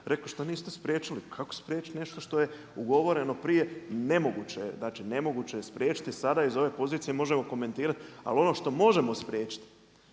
rekao, što niste spriječili. Kako spriječiti nešto što je ugovoreno prije. Ne moguće je, znači nemoguće je spriječiti. Sada iz ove pozicije možemo komentirati. Ali ono što možemo spriječiti,